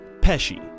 Pesci